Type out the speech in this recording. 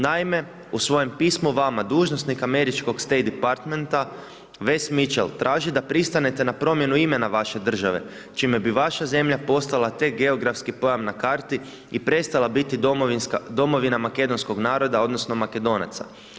Naime u svojem pismu vama dužnosnika Američkog State Departmenta Wess Mitchell traži da pristanete na promjenu imena vaše države čime bi vaša zemlja postala tek geografski pojam na karti i prestala biti domovina makedonskog naroda odnosno Makedonaca.